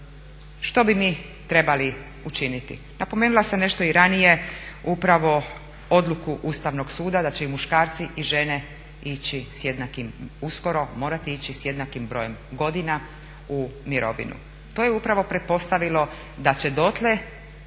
što bi mi trebali učiniti? Napomenula sam nešto i ranije upravo odluku Ustavnog suda da će i muškarci i žene ići s jednakim uskoro morati ići s jednakim brojem godina u mirovinu. To je upravo pretpostavilo da će dotle